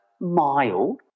mild